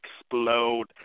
explode